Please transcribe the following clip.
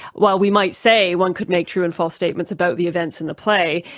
while we might say one could make true and false statements about the events in the play,